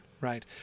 right